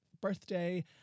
birthday